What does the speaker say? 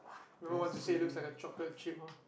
don't know what to say looks like a chocolate chip !huh!